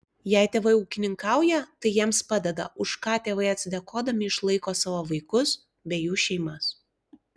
jei tėvai ūkininkauja tai jiems padeda už ką tėvai atsidėkodami išlaiko savo vaikus bei jų šeimas